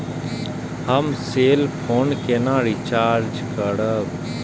हम cell phone केना recharge करब?